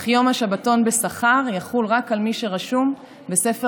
יום השבתון בשכר יחול רק על מי שרשום בספר